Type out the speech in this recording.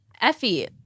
Effie